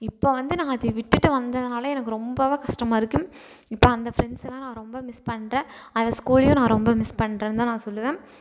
இப்போ வந்து நான் அதை விட்டுட்டு வந்ததுனால் எனக்கு ரொம்ப தான் கஷ்டமாக இருக்குது இப்போ அந்த ஃப்ரெண்ட்ஸுலாம் நான் ரொம்ப மிஸ் பண்ணுறேன் அந்த ஸ்கூலையும் நான் ரொம்ப மிஸ் பண்ணுறேன் தான் நான் சொல்லுவேன்